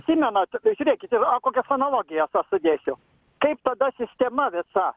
tsimenat žiūrėkit a kokias analogijas aš sudėsiu kaip tada sistema visa